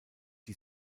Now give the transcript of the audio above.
die